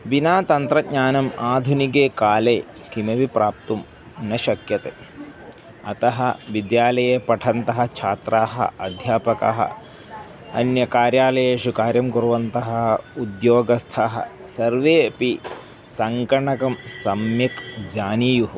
विना तन्त्रज्ञानम् आधुनिके काले किमपि प्राप्तुं न शक्यते अतः विद्यालये पठन्तः छात्राः अध्यापकाः अन्यकार्यालयेषु कार्यं कुर्वन्तः उद्योगस्थाः सर्वेपि सङ्कणकं सम्यक् जानीयुः